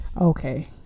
Okay